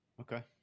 Okay